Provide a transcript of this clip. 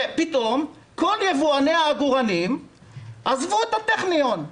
פתאום כל יבואני העגורנים עזבו את הטכניון.